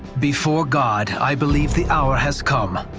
before god i believe the hour has come.